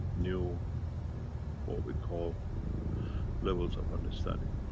new what we call levels of understanding.